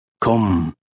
Come